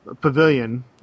Pavilion